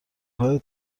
های